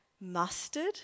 mustard